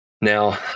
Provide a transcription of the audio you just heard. Now